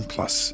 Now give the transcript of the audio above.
Plus